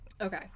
Okay